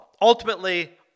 Ultimately